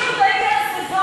חכי, עוד לא הגיע ה"סזון".